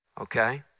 okay